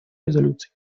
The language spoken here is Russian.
резолюций